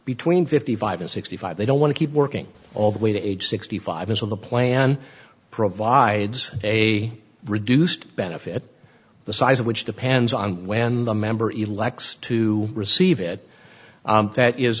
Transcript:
between fifty five and sixty five they don't want to keep working all the way to age sixty five until the plan provides a reduced benefit the size of which depends on when the member elects to receive it that is